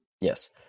Yes